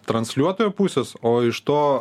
transliuotojo pusės o iš to